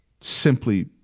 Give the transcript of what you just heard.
simply